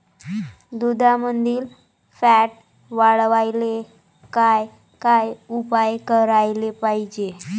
दुधामंदील फॅट वाढवायले काय काय उपाय करायले पाहिजे?